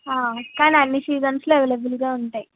కానీ అన్ని సీజన్స్లో అవైలబుల్గా ఉంటాయ్